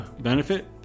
benefit